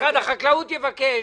משרד החקלאות יבקש